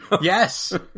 Yes